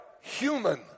human